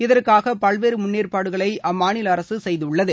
இதற்காக பல்வேறு முன்னேற்பாடுகளை அம்மாநில அரசு செய்துள்ளது